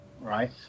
Right